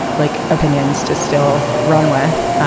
like opinions to still run with,